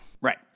Right